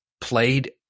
played